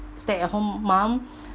stay at home mum